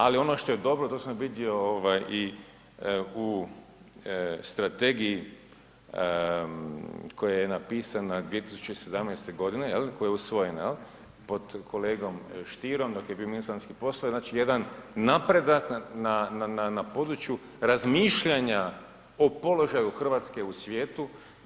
Ali ono što je dobro, to sam vidio u strategiji koja je napisana 2017., koja je usvojena pod kolegom Stierom bio je ministar vanjskih poslova, znači jedan napredak na području razmišljanja o položaju Hrvatske u svijetu.